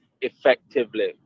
effectively